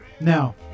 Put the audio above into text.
Now